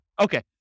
Okay